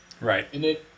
Right